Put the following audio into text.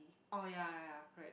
orh ya ya ya correct